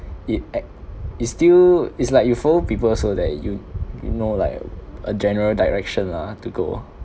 it act~ it still is like you follow people so that you you know like a general direction lah to go